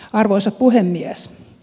arvoisa puhemies